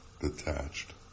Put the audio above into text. detached